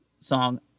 song